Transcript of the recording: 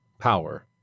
power